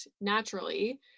naturally